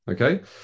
Okay